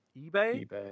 eBay